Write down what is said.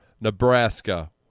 Nebraska